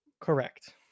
Correct